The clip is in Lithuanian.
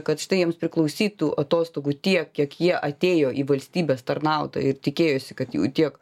kad štai jiems priklausytų atostogų tiek kiek jie atėjo į valstybės tarnautojui tikėjosi kad jų tiek